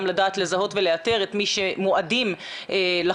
גם לדעת לזהות ולאתר את מי שמועדים לחלות